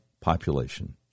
population